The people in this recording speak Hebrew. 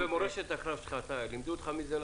במורשת הקרב שלך לימדו אותך מי זה לסקוב?